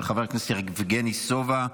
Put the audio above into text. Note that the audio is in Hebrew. של חבר הכנסת יבגני סובה.